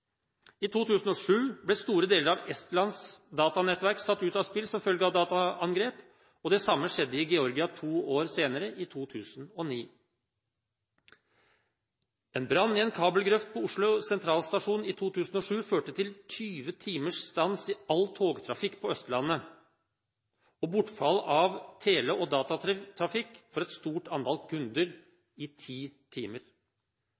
I 2007 ble store deler av Estlands datanettverk satt ut av spill som følge av dataangrep. Det samme skjedde i Georgia to år senere – i 2009. En brann i en kabelgrøft på Oslo sentralstasjon i 2007 førte til 20 timers stans i all togtrafikk på Østlandet og bortfall av tele- og datatrafikk for et stort antall kunder i 10 timer.